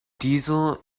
diesel